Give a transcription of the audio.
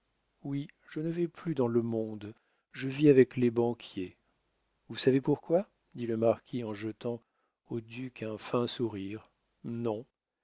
oui je ne vais plus dans le monde je vis avec les banquiers vous savez pourquoi dit le marquis en jetant au duc un fin sourire non